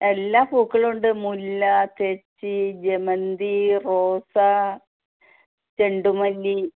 എല്ലാ പൂക്കളുമുണ്ട് മുല്ല തെച്ചി ജമന്തി റോസ ചെണ്ടുമല്ലി